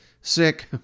sick